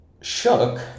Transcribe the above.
Shook